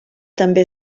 també